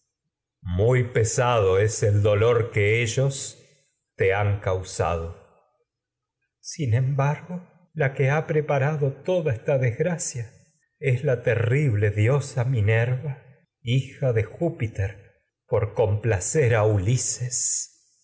muy pesado es el dolor que ellos te han cau tecmesa sin esta embargo la que ha preparado toda desgracia por es la terrible diosa minerva hija de jú a piter complacer en ulises